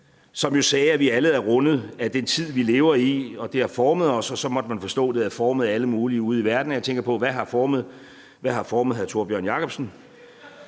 som jo sagde, at vi alle er rundet af den tid, vi lever i, at den havde formet os, og så måtte man forstå, at den havde formet alle mulige ude i verden. Og jeg tænkte på: Hvad har formet hr. Tórbjørn Jacobsen?